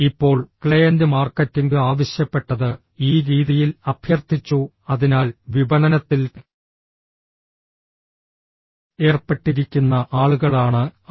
ഇപ്പോൾ client marketing ആവശ്യപ്പെട്ടത് ഈ രീതിയിൽ അഭ്യർത്ഥിച്ചു അതിനാൽ വിപണനത്തിൽ ഏർപ്പെട്ടിരിക്കുന്ന ആളുകളാണ് അവർ